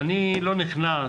אני לא נכנס